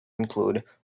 include